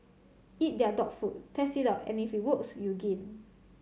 eat their dog food test it out and if it works you gain